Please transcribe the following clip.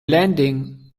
landing